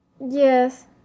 Yes